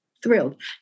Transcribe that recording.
Thrilled